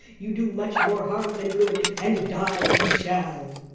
you do much more harm than good, and die you shall.